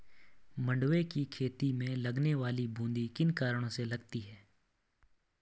मंडुवे की खेती में लगने वाली बूंदी किन कारणों से लगती है?